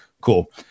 cool